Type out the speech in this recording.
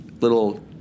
little